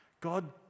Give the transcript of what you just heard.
God